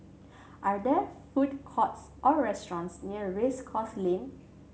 are there food courts or restaurants near Race Course Lane